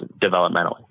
developmentally